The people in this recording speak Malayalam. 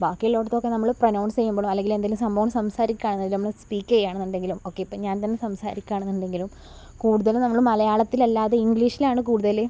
ബാക്കിയുള്ള ഇടത്തൊക്കെ നമ്മൾ പ്രൊനൗൺസ് ചെയ്യുമ്പഴോ അല്ലെങ്കിൽ എന്തെങ്കിലും സംഭവം സംസാരിക്കുക ആണെങ്കിലും സ്പീക്ക് ചെയ്യുക ആണെന്നുണ്ടെങ്കിലും ഒക്കെ ഇപ്പോൾ ഞാൻ തന്നെ സംസാരിക്കുക ആണെണുന്നുണ്ടെങ്കിലും കൂടുതലും നമ്മൾ മലയാളത്തിൽ അല്ലാതെ ഇംഗ്ലീഷിലാണ് കൂടുതൽ